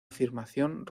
afirmación